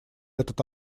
этот